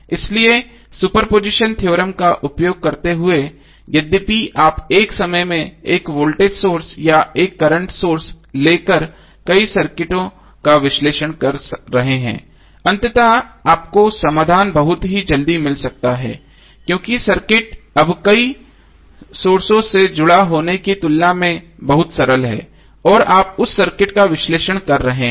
इसलिए superposition theorem का उपयोग करते हुए यद्यपि आप एक समय में 1 वोल्टेज सोर्स या 1 करंट सोर्स ले कर कई सर्किटों का विश्लेषण कर रहे हैं अंततः आपको समाधान बहुत जल्दी मिल सकता है क्योंकि सर्किट अब कई सोर्सों से जुड़े होने की तुलना में सरल हैं और आप उस सर्किट का विश्लेषण कर रहे हैं